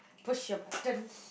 push your buttons